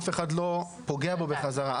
אף אחד לא פוגע בו בחזרה,